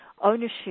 ownership